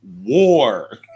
war